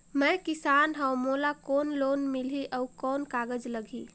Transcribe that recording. मैं किसान हव मोला कौन लोन मिलही? अउ कौन कागज लगही?